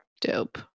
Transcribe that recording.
Dope